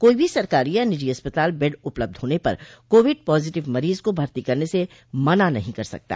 कोई भी सरकारी या निजी अस्पताल बेड उपलब्ध होने पर कोविड पॉजिटिव मरीज को भर्ती करने से मना नहीं कर सकता